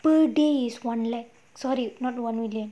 per day one lakh sorry not one million